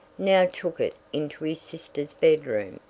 now took it into his sisters' bedroom,